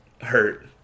hurt